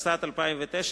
התשס"ט 2009,